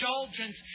indulgence